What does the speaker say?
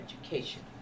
education